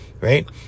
right